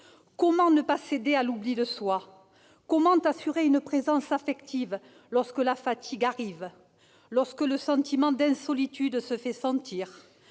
Comment ne pas céder à l'oubli de soi ? Comment assurer une présence affective lorsque la fatigue arrive, lorsque le sentiment d'« insolitude » se fait sentir,